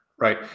Right